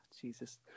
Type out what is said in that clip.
jesus